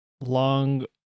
long